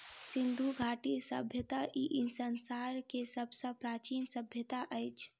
सिंधु घाटी सभय्ता ई संसार के सब सॅ प्राचीन सभय्ता अछि